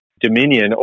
dominion